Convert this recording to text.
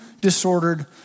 disordered